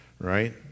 right